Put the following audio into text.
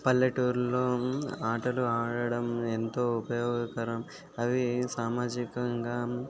పల్లెటూర్లో ఆటలు ఆడడం ఎంతో ఉపయోగకరం అవి సామాజికంగా